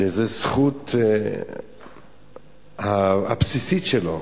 זו הזכות הבסיסית שלו